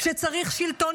שצריך שלטון